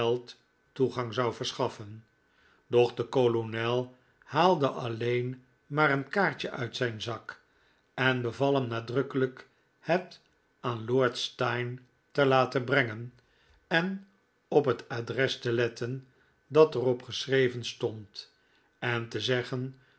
toegang zou verschaffen doch de kolonel haalde alleen maar een kaartje uit zijn zak en beval hem nadrukkelijk het aan lord steyne te laten brengen en op het adres te letten dat er op geschreven stond en te zeggen